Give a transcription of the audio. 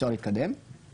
פה